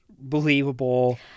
believable